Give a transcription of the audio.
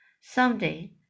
someday